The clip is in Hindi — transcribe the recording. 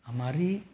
हमारा